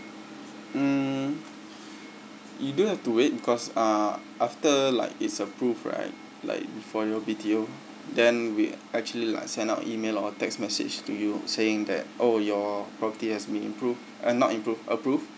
mm you do have to wait because uh after like it's approved right like for your B_T_O then we actually like send out email or a text message to you saying that oh your property has been improved eh not improved approved